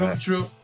true